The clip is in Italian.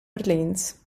orleans